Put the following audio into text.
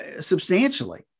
substantially